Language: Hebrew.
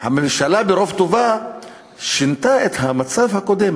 אז הממשלה ברוב טובה שינתה את המצב הקודם,